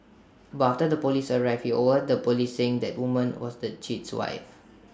but after the Police arrived he overheard the Police saying the woman was the cheat's wife